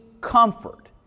comfort